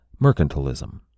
mercantilism